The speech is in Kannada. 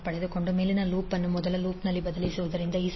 2I2 ಮೇಲಿನ ಲೂಪ್ ಅನ್ನು ಮೊದಲ ಲೂಪ್ನಲ್ಲಿ ಬದಲಿಸುವುದು 12 j14I260∠30°⇒I23